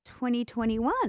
2021